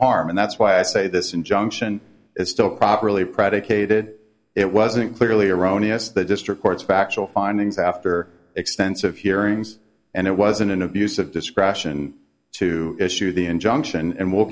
harm and that's why i say this injunction is still properly predicated it wasn't clearly erroneous the district court's factual findings after extensive hearings and it was an abuse of discretion to issue the injunction and w